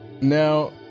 Now